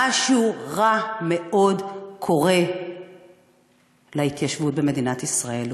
משהו רע מאוד קורה להתיישבות במדינת ישראל,